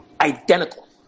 Identical